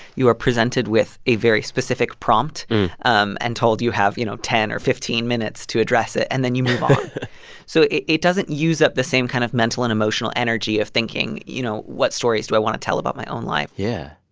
you are presented with a very specific prompt um and told you have, you know, ten or fifteen minutes to address it, and then you move on so it it doesn't use up the same kind of mental and emotional energy of thinking, you know what stories do i want to tell about my own life? yeah,